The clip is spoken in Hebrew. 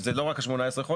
שזה לא רק 18 חודשים,